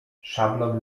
szablon